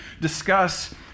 discuss